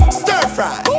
stir-fry